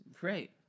Great